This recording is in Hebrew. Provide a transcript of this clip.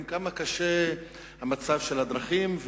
ואומרים כמה קשה מצב הדרכים,